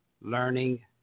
learning